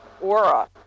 aura